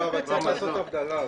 צריך לעשות הבדלה.